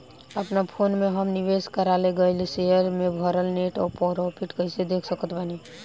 अपना फोन मे हम निवेश कराल गएल शेयर मे भएल नेट प्रॉफ़िट कइसे देख सकत बानी?